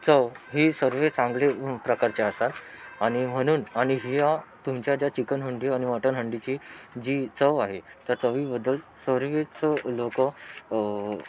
चव ही सर्व चांगले प्रकारची असतात आणि म्हणून आणि ह्या तुमच्या ज्या चिकन हंडी आणि मटन हंडीची जी चव आहे त्या चवी बद्दल सर्वच लोक